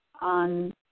on